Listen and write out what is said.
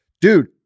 Dude